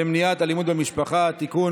למניעת אלימות במשפחה (תיקון,